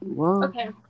Okay